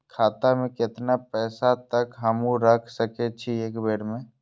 खाता में केतना पैसा तक हमू रख सकी छी एक बेर में?